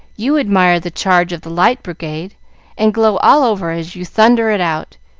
you admire the charge of the light brigade and glow all over as you thunder it out.